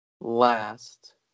last